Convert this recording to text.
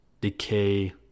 decay